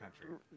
country